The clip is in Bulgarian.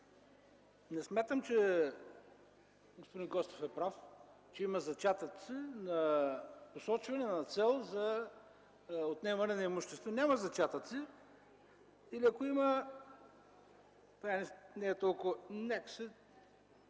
Не смятам, че господин Костов е прав, че има зачатъци на посочване на цел за отнемане на имущество. Няма зачатъци или, ако има, някак си не подхожда